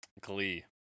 Glee